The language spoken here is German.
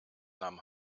nahm